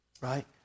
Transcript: right